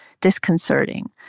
disconcerting